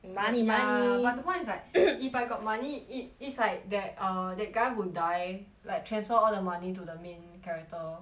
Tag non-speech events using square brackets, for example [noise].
but ya money money but the point is like [coughs] if I got money it is like tha~ err that guy who die like transfer all the money to the main character